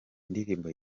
indirimbo